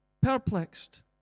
Perplexed